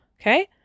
Okay